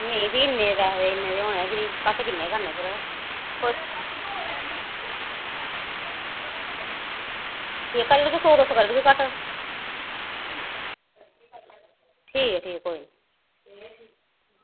नेंई जी इन्नें पैसे ते होनें गै चाही दे घट्ट किन्नें करनें फिर ठीक ऐ कली लैगे सौ दो सौ करी लैग्गे घट्ट ठीक ऐ ठीक ऐ कोई नी